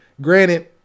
Granted